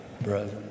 brother